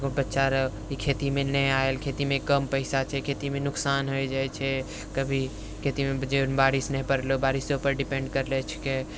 बच्चारे कि खेतीमे नहि आये खेतीमे कम पैसा छै खेतीमे नुकसान होइ जाइ छै कभी खेतीमे जे बारिश नहि पड़लो बारिशो पर डिपेन्ड करलो छिके